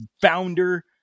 founder